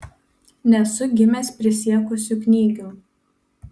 nesu gimęs prisiekusiu knygium